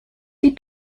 die